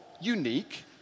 unique